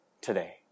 today